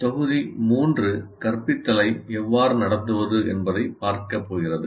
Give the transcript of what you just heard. தொகுதி 3 கற்பித்தலை எவ்வாறு நடத்துவது என்பதைப் பார்க்கப் போகிறது